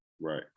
Right